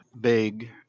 big